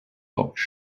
loch